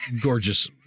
gorgeous